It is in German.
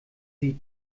sie